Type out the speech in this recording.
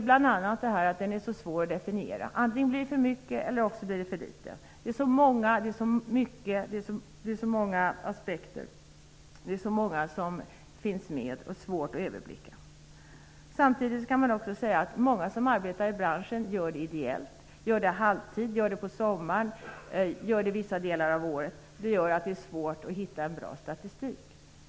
Bl.a. beror det på att den är så svår att definiera, antingen blir det för mycket eller för litet. Det är så många aspekter, det är så många som är inblandade och det är svårt att överblicka. Samtidigt kan man också säga att många som arbetar i branschen gör det ideellt, på halvtid, på sommaren eller vissa delar av året. Det gör att det är svårt att hitta en bra statistik.